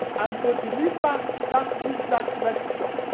and to deliver that research lecture